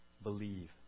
Believe